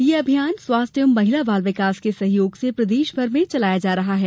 यह अभियान स्वास्थ्य एवं महिला बाल विकास विभाग के सहयोग से प्रदेशभर में चलाया जा रहा है